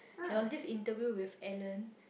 there was this interview with Ellen